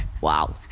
wow